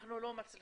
אנחנו לא מצליחים